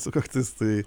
sukaktis tai